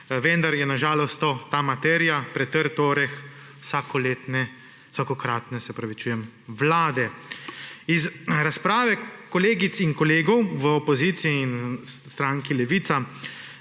vendar je na žalost ta materija pretrd oreh vsakokratne vlade. Iz razprave kolegic in kolegov v opoziciji in stranke Levica